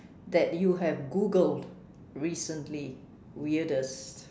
that you have Googled recently weirdest